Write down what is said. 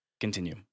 continue